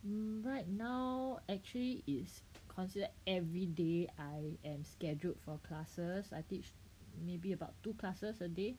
um right now actually is considered everyday I am scheduled for classes I teach maybe about two classes a day